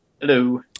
Hello